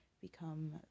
become